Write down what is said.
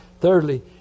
Thirdly